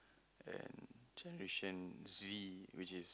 and generation Z which is